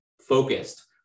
focused